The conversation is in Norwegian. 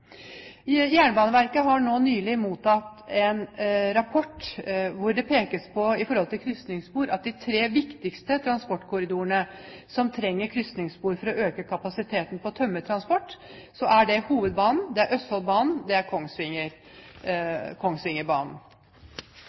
Jernbaneverket har nylig mottatt en rapport hvor det når det gjelder krysningsspor, pekes på at de tre viktigste transportkorridorene som trenger krysningsspor for å øke kapasiteten på tømmertransporten, er Hovedbanen, Østfoldbanen og Kongsvingerbanen. Nye krysningsspor på de to førstnevnte er